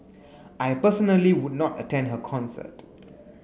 I personally would not attend her concert